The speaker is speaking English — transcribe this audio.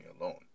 alone